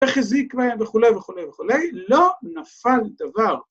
‫החזיק מהם וכולי וכולי וכולי, ‫לא נפל דבר.